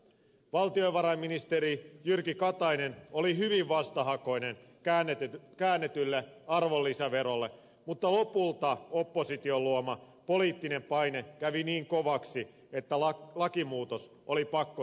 valtiovarainministeri jyrki katainen oli hyvin vastahakoinen käännetylle arvonlisäverolle mutta lopulta opposition luoma poliittinen paine kävi niin kovaksi että lakimuutos oli pakko toteuttaa